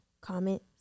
comment